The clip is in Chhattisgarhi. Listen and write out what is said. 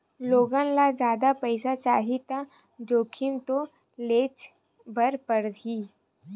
लोगन ल जादा पइसा चाही त जोखिम तो लेयेच बर परही